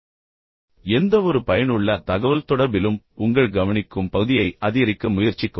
தொடர்ந்து கேளுங்கள் பின்னர் எந்தவொரு பயனுள்ள தகவல்தொடர்பிலும் உங்கள் கேட்கும் பகுதியை அதிகரிக்க முயற்சிக்கவும்